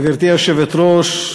גברתי היושבת-ראש,